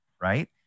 right